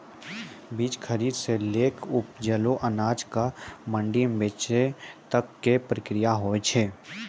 बीज खरीदै सॅ लैक उपजलो अनाज कॅ मंडी म बेचै तक के प्रक्रिया हौय छै